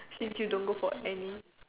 since you don't go for any